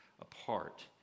apart